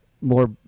more